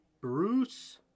Bruce